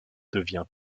devient